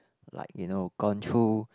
like you know gone through